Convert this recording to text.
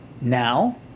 now